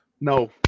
No